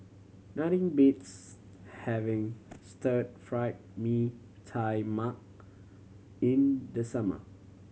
nothing beats having Stir Fried Mee Tai Mak in the summer